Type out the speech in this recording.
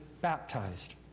baptized